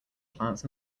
plants